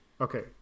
Okay